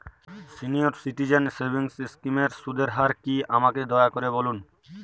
senior citizen savings স্কিমের সুদের হার কী আমাকে দয়া করে বলুন